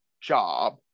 job